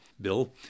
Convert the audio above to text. Bill